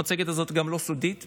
המצגת הזאת גם לא סודית.